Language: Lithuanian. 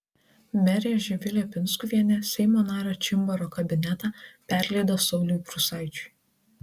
merė živilė pinskuvienė seimo nario čimbaro kabinetą perleido sauliui prūsaičiui